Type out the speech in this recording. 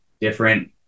Different